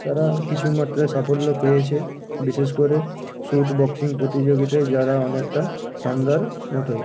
তারা কিছু মাত্রায় সাফল্য পেয়েছে বিশেষ করে শুট বক্সিং প্রতিযোগিতায় যারা অনেকটা সান্দার মতোই